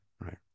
right